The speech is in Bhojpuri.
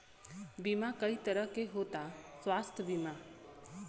बीमा कई तरह के होता स्वास्थ्य बीमा?